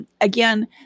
Again